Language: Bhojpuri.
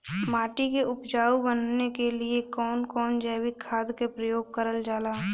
माटी के उपजाऊ बनाने के लिए कौन कौन जैविक खाद का प्रयोग करल जाला?